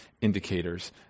indicators